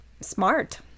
Smart